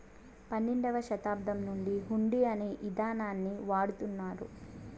పన్నెండవ శతాబ్దం నుండి హుండీ అనే ఇదానాన్ని వాడుతున్నారు